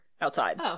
outside